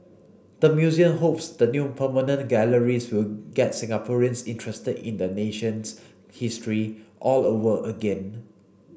the museum hopes the new permanent galleries will get Singaporeans interest in the nation's history all over again